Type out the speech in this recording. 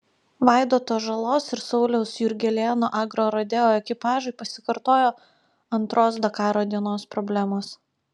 vaidoto žalos ir sauliaus jurgelėno agrorodeo ekipažui pasikartojo antros dakaro dienos problemos